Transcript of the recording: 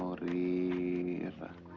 ah the